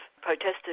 protested